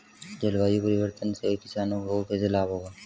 जलवायु परिवर्तन से किसानों को कैसे लाभ होगा?